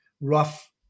rough